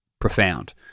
profound